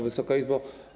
Wysoka Izbo!